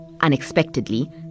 Unexpectedly